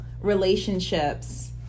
relationships